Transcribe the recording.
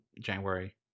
January